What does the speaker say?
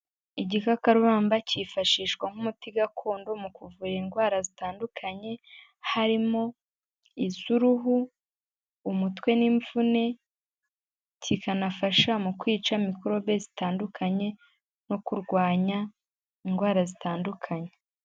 Igikakarubamba kifashishwa nk'umuti gakondo mu kuvura indwara zitandukanye, harimo iz'uruhu, umutwe n'imvune, kikanafasha mu kwica mikorobe zitandukanye no kurwanya indwara zitandukanye.